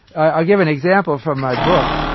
i'll give an example from my book.